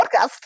podcast